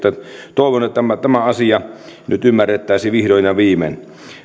toivon että tämä asia nyt ymmärrettäisiin vihdoin ja viimein